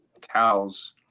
cows